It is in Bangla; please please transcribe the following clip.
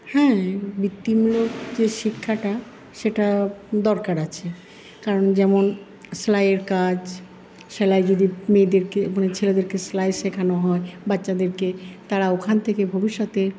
হ্যাঁ বিত্তিমূলক যে শিক্ষাটা সেটা দরকার আছে কারণ যেমন সেলাইয়ের কাজ সেলাই যদি মেয়েদেরকে মানে ছেলেদেরকে সেলাই শেখানো হয় বাচ্চাদেরকে তারা ওখান থেকে ভবিষ্যতে